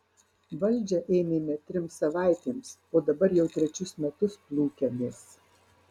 valdžią ėmėme trims savaitėms o dabar jau trečius metus plūkiamės